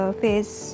face